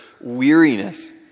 weariness